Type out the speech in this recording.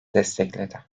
destekledi